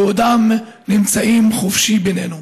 ועודם נמצאים חופשיים בינינו.